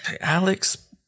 Alex